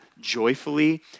joyfully